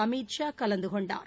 அமித் ஷா கலந்து கொண்டார்